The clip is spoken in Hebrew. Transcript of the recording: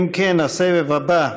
אם כן, הסבב הבא: